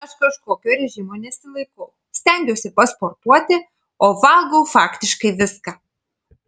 aš kažkokio režimo nesilaikau stengiuosi pasportuoti o valgau faktiškai viską